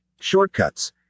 Shortcuts